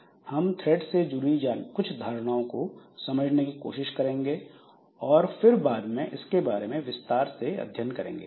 इस स्लाइड में हम थ्रेड से जुड़ी कुछ धारणाओं को समझने की कोशिश करेंगे और फिर बाद में इसके बारे में विस्तार से अध्ययन करेंगे